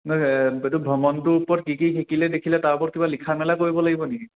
নহয় এইটো ভ্ৰমণটোৰ ওপৰত কি কি শিকিলে দেখিলে তাৰ ওপৰত কিবা লেখা মেলা কৰিব লাগিব নেকি